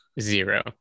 Zero